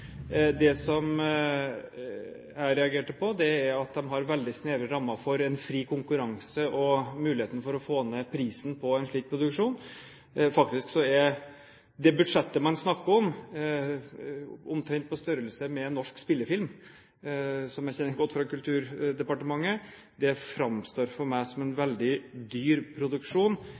Det jeg reagerte på, er at de har veldig snevre rammer for en fri konkurranse og muligheten for å få ned prisen på en slik produksjon. Faktisk er budsjettet man snakker om, omtrent på størrelse med budsjettet for en norsk spillefilm, som jeg kjenner godt fra Kulturdepartementet. Det framstår for meg som en veldig dyr produksjon